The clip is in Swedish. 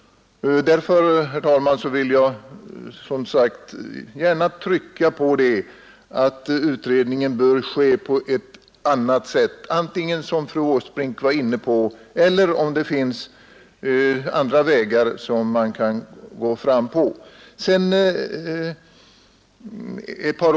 Därför vill jag, herr talman, gärna trycka på att utredningen bör ske på ett annat sätt. Den bör ske på det sätt fru Åsbrink beskrev, eller också bör man gå fram på andra vägar.